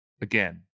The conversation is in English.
again